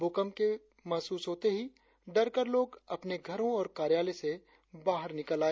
भूकंप के महसूस होते ही डरकर लोग अपने घरों और कार्यालय से बाहर निकल आए